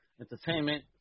entertainment